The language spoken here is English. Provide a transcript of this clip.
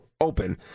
open